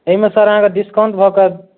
एहिमे सर अहाँकेँ डिस्काउंट भऽ के